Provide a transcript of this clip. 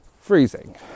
freezing